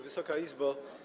Wysoka Izbo!